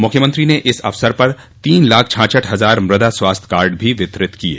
मुख्यमंत्री ने इस अवसर पर तीन लाख छाछाठ हजार मृदा स्वास्थ कार्ड भी वितरित किये